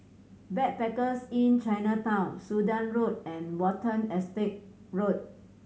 Backpackers Inn Chinatown Sudan Road and Watten Estate Road